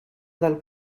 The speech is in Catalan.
del